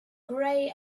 grey